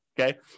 Okay